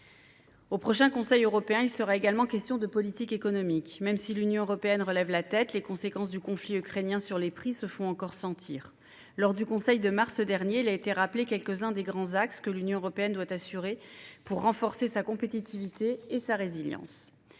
Au prochain Conseil européen, il sera également question de politique économique. Même si l'Union européenne relève la tête, les conséquences du conflit ukrainien sur les prix se font encore sentir. Lors du Conseil européen de mars dernier, il a été rappelé quelques-uns des grands axes sur lesquels l'Union européenne doit se concentrer pour renforcer sa compétitivité et sa résilience